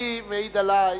אני מעיד עלי,